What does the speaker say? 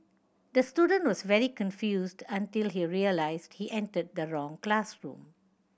the student was very confused until he realised he entered the wrong classroom